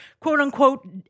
quote-unquote